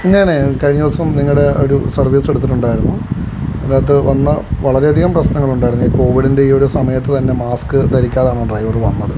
ഞാന് കഴിഞ്ഞ ദിവസം നിങ്ങളുടെ ഒരു സർവീസ് എടുത്തിട്ടുണ്ടായിരുന്നു അതിനകത്ത് വന്ന വളരെയധികം പ്രശ്നങ്ങളുണ്ടായിരുന്നു ഈ കോവിഡിൻ്റെ ഈയൊരു സമയത്ത് തന്നെ മാസ്ക് ധരിക്കാതാണ് ആ ഡ്രൈവറ് വന്നത്